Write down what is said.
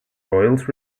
royals